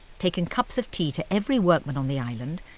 taken cups of tea to every workman on the island,